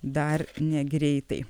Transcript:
dar negreitai